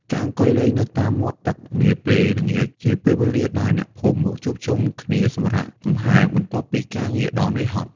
ការអង្គុយលេងនៅតាមមាត់ទឹកនាពេលល្ងាច ជាពេលវេលាដែលអ្នកភូមិមកជួបជុំគ្នាសម្រាកលំហែបន្ទាប់ពីការងារដ៏ហត់នឿយ។